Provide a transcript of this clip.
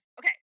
okay